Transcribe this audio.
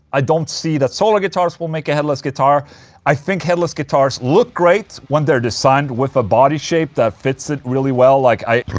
i don't see that solar guitars will make a headless guitar i think headless guitars look great when they're designed with a body shape that fits it really well, like i.